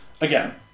Again